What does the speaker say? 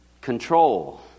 Control